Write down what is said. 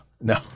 No